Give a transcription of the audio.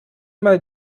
mal